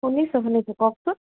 শুনিছোঁ শুনিছোঁ কওকচোন